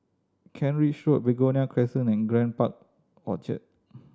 Kent Ridge Road Begonia Crescent and Grand Park Orchard